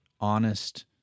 honest